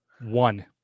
One